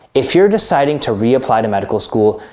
if you're deciding to reapply to medical school,